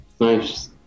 nice